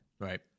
Right